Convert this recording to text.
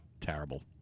Terrible